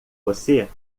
você